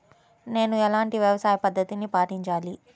నేను ఎలాంటి వ్యవసాయ పద్ధతిని పాటించాలి?